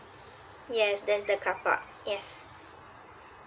yes there's the car park yes